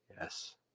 yes